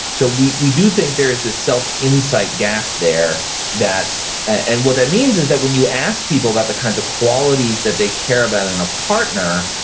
so we we do think there is this self insight gap there and what that means is that when you ask people about the kinds of qualities that they care about in a partner,